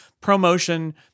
ProMotion